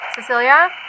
Cecilia